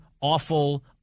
awful